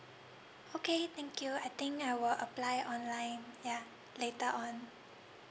okay thank you I think I will apply online yeah later on